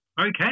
Okay